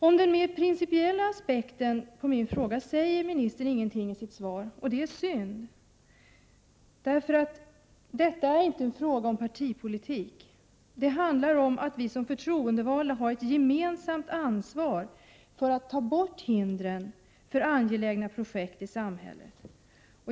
Om den mer principiella aspekten på min fråga säger ministern ingenting i sitt svar, och det är synd. Detta är inte en fråga om partipolitik. Det handlar om att vi som förtroendevalda har ett gemensamt ansvar för att ta bort hindren för angelägna projekt i samhället.